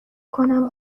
کنم